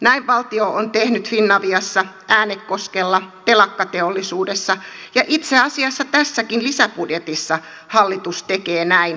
näin valtio on tehnyt finaviassa äänekoskella telakkateollisuudessa ja itse asiassa tässäkin lisäbudjetissa hallitus tekee näin talvivaarassa